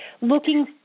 looking